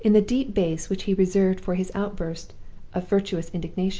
in the deep bass which he reserved for his outbursts of virtuous indignation.